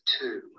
two